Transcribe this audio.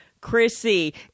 Chrissy